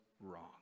wrong